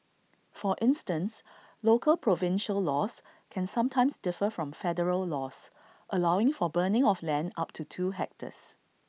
for instance local provincial laws can sometimes differ from federal laws allowing for burning of land up to two hectares